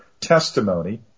testimony